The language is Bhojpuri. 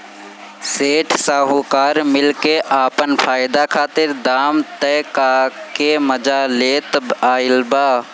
सेठ साहूकार मिल के आपन फायदा खातिर दाम तय क के मजा लेत आइल बा